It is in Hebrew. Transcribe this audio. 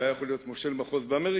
שהוא היה יכול להיות מושל מחוז באמריקה,